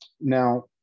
Now